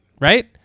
Right